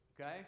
Okay